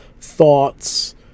thoughts